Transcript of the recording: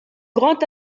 grand